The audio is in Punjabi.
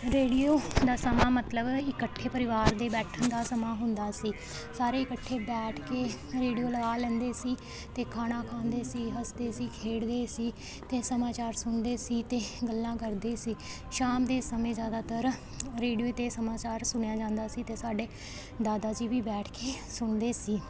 ਰੇਡੀਓ ਦਾ ਸਮਾਂ ਮਤਲਬ ਇਕੱਠੇ ਪਰਿਵਾਰ ਦੇ ਬੈਠਣ ਦਾ ਸਮਾਂ ਹੁੰਦਾ ਸੀ ਸਾਰੇ ਇਕੱਠੇ ਬੈਠ ਕੇ ਰੇਡੀਓ ਲਗਾ ਲੈਂਦੇ ਸੀ ਅਤੇ ਖਾਣਾ ਖਾਂਦੇ ਸੀ ਹੱਸਦੇ ਸੀ ਖੇਡਦੇ ਸੀ ਅਤੇ ਸਮਾਚਾਰ ਸੁਣਦੇ ਸੀ ਅਤੇ ਗੱਲਾਂ ਕਰਦੇ ਸੀ ਸ਼ਾਮ ਦੇ ਸਮੇਂ ਜ਼ਿਆਦਾਤਰ ਰੇਡੀਓ 'ਤੇ ਸਮਾਚਾਰ ਸੁਣਿਆ ਜਾਂਦਾ ਸੀ ਅਤੇ ਸਾਡੇ ਦਾਦਾ ਜੀ ਵੀ ਬੈਠ ਕੇ ਸੁਣਦੇ ਸੀ